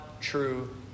true